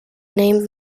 named